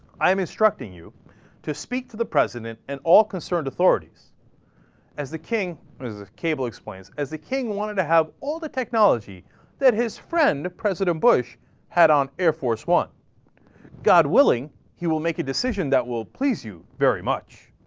i'm instructing you to speak to the president and all concerned authorities as the king his cable explains as the king wanted to have all the technology that his friend the president bush head-on air force one god willing he will make a decision that will please you very much